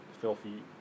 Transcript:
filthy